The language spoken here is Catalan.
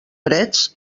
freds